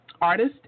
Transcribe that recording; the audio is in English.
artist